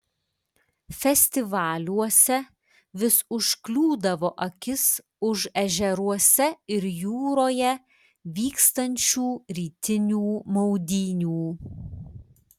festivaliuose vis užkliūdavo akis už ežeruose ir jūroje vykstančių rytinių maudynių